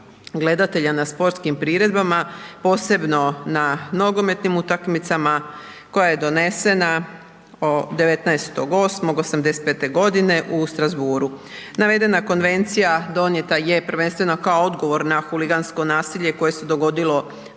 gledatelja na sportskim priredbama, posebno na nogometnim utakmicama koja je donesena 19. 8. 1985. g. u Strasbourgu. Navedena konvencija donijeta je prvenstveno kao odgovor na huligansko nasilje koje se dogodilo na